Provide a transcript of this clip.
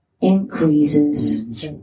increases